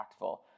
impactful